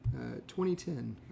2010